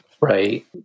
right